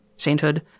sainthood